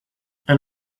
and